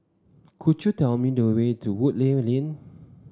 could you tell me the way to Woodleigh Lane